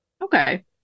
okay